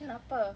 kenapa